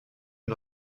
une